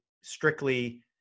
strictly